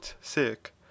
sick